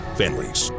families